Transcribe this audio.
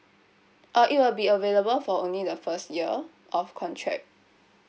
uh it will be available for only the first year of contract